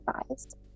advised